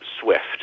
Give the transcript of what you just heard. swift